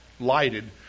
lighted